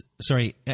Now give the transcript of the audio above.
sorry